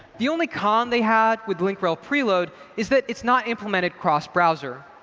the only con they had with link rel preload is that it's not implemented cross-browser.